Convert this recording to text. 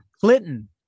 Clinton